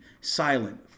silent